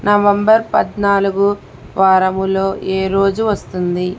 November పద్నాలుగు వారములో ఏ రోజు వస్తోంది